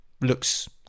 looks